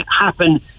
happen